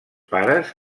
pares